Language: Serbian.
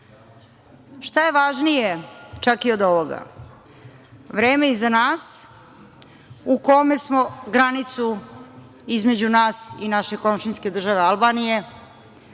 je važnije čak i od ovoga? Vreme iza nas u kome smo granicu između nas i naše komšijske države Albanije